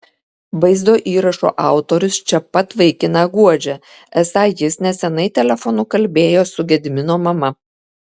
vaizdo įrašo autorius čia pat vaikiną guodžia esą jis neseniai telefonu kalbėjo su gedimino mama